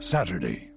Saturday